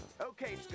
Okay